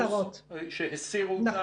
כאלה שהסירו.